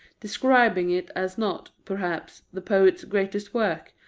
describing it as not, perhaps, the poet's greatest work,